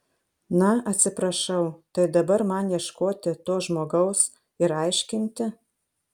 na atsiprašau tai dabar man ieškoti to žmogaus ir aiškinti